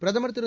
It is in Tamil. பிரதமர் திரு